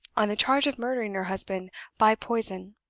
on the charge of murdering her husband by poison.